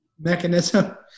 mechanism